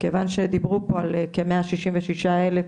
כיוון שדיברו פה על כמאה שישים ושישה אלף